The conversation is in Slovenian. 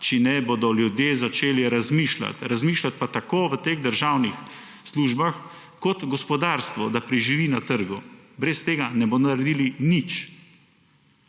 če ne bodo ljudje začeli razmišljati; razmišljati pa tako v teh državnih službah kot gospodarstvu, da preživi na trgu. Brez tega ne bodo naredili nič.